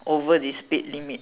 over this speed limit